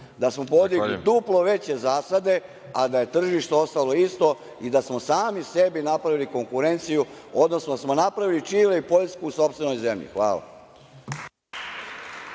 da smo podigli duplo veće zasade, a da je tržište ostalo isto i da smo sami sebi napravili konkurenciju, odnosno da smo napravili Čile i Poljsku u sopstvenoj zemlji. Hvala.